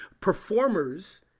performers